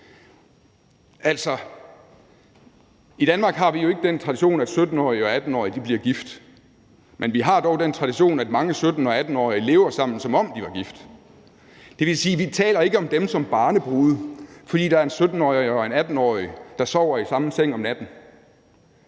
i Danmark har vi jo ikke den tradition, at 17-årige og 18-årige bliver gift, men vi har dog den tradition, at mange 17- og 18-årige lever sammen, som om de var gift. Det vil sige, at vi ikke taler om dem som barnebrude – altså, fordi der er en 17-årig og en 18-årig, der sover i samme seng om natten,